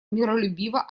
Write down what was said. миролюбиво